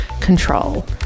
control